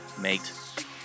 mate